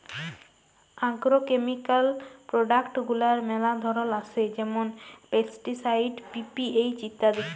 agrochemical product গুলার ম্যালা ধরল আসে যেমল পেস্টিসাইড, পি.পি.এইচ ইত্যাদি